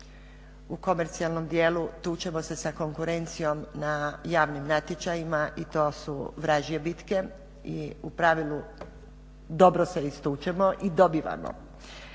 u komercijalnom dijelu tučemo se sa konkurencijom na javnim natječajima i to su vražje bitke i u pravilu dobro se istučeno i dobivamo,